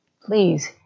please